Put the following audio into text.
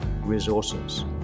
resources